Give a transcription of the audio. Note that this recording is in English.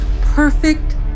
perfect